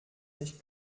nicht